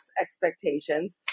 expectations